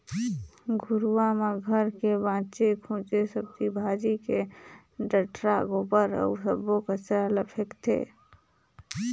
घुरूवा म घर के बाचे खुचे सब्जी भाजी के डठरा, गोबर अउ सब्बो कचरा ल फेकथें